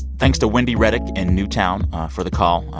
thanks to wendy reddock in newtown for the call.